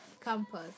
Campus